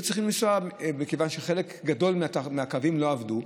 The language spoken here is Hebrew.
מכיוון שחלק גדול מהקווים לא עבדו,